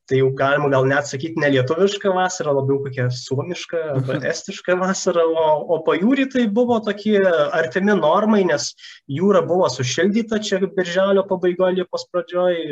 tai jau galim gal net sakyt nelietuviška vasara labiau kokia suomiška estiška vasara uo o pajūry tai buvo tokie artimi normai nes jūra buvo sušildyta čia birželio pabaigoj liepos pradžioj